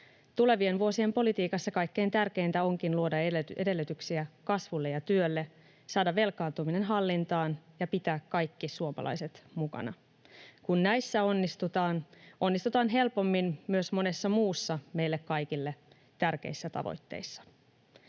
Tulevien vuosien politiikassa kaikkein tärkeintä onkin luoda edellytyksiä kasvulle ja työlle, saada velkaantuminen hallintaan ja pitää kaikki suomalaiset mukana. Kun näissä onnistutaan, onnistutaan helpommin myös monissa muissa meille kaikille tärkeissä tavoitteissa.